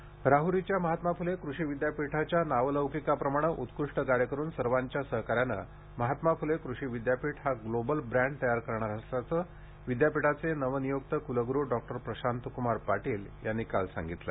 अहमदनगर राहुरीच्या महात्मा फुले कृषि विद्यापीठाच्या नावलौकिकाप्रमाणे उत्कृष्ट कार्य करून सर्वांच्या सहकार्याने महात्मा फुले कृषि विद्यापीठ हा ग्लोबल ब्रॅंड तयार करणार असल्याचे प्रतिपादन विद्यापीठाचे नवनियुक्त कुलग्रू डॉक्टर प्रशांतक्मार पाटील यांनी काल केले